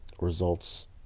results